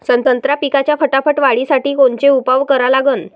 संत्रा पिकाच्या फटाफट वाढीसाठी कोनचे उपाव करा लागन?